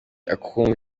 akumva